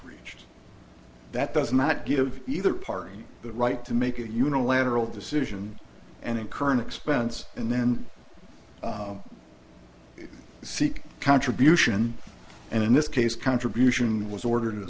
reached that does not give either party the right to make a unilateral decision and a current expense and then seek contribution and in this case contribution was ordered